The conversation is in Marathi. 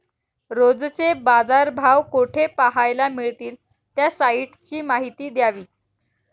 रोजचे बाजारभाव कोठे पहायला मिळतील? त्या साईटची माहिती द्यावी